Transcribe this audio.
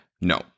No